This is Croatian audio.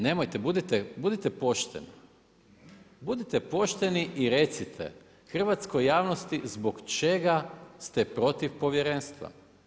Nemojte, budite pošteni, budite pošteni i recite hrvatskoj javnosti zbog čega ste protiv povjerenstva.